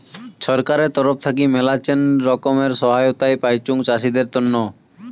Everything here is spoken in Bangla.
ছরকারের তরফ থাকি মেলাছেন রকমের সহায়তায় পাইচুং চাষীদের তন্ন